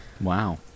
Wow